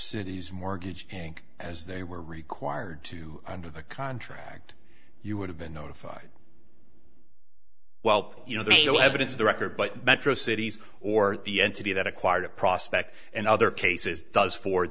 city's mortgage bank as they were required to under the contract you would have been notified well you know they were evidence of the record but metro cities or the entity that acquired a prospect in other cases does for